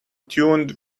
tuned